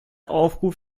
aufruf